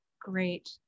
great